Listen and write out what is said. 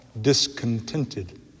discontented